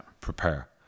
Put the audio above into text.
prepare